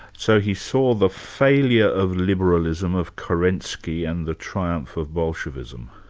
so he saw the failure of liberalism, of kerensky, and the triumph of bolshevism?